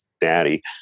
daddy